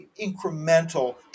incremental